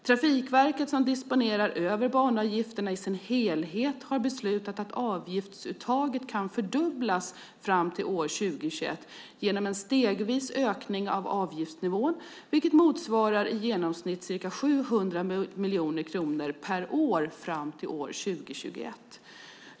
Trafikverket som disponerar över banavgifterna i sin helhet har beslutat att avgiftsuttaget kan fördubblas fram till år 2021 genom en stegvis ökning av avgiftsnivån, vilket motsvarar i genomsnitt ca 700 miljoner kronor per år fram till år 2021.